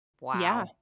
Wow